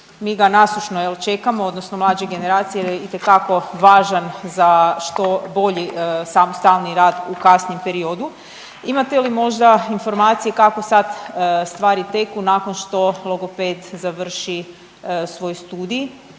mi ga nasušno jel čekamo odnosno mlađe generacije jer je itekako važan za što bolji samostalniji rad u kasnijem periodu. Imate li možda informacije kako sad stvari teku nakon što logoped završi svoj studij,